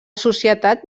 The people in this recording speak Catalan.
societat